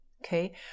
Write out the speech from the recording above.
okay